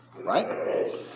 right